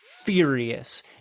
furious